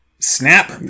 Snap